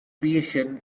creation